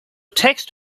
text